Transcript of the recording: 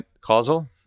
causal